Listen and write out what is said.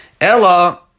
Ella